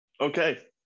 Okay